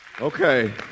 Okay